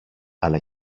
αλλά